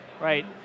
right